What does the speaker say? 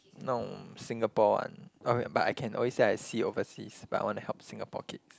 no Singapore one okay but I can always say I see overseas but I want to help Singapore kids